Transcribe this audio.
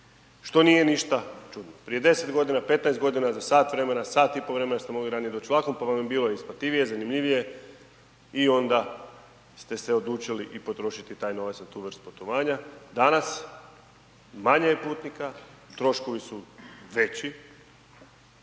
Što nije ništa čudno. Prije 10 godina, 15 godina za sat vremena, sat i po vremena ste mogli ranije vlakom pa vam je bilo isplativije, zanimljivije i onda ste odlučili i potrošiti taj novac za tu vrstu putovanja. Danas manje je putnika, troškovi su veći